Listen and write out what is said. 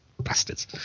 bastards